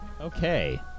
okay